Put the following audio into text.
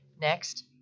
Next